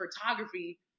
photography